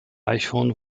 eichhorn